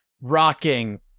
rocking